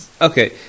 Okay